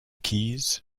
keys